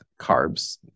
carbs